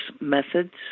methods